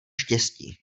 štěstí